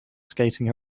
skating